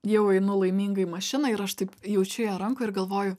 jau einu laiminga į mašiną ir aš taip jaučiu ją rankoj ir galvoju